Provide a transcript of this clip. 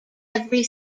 every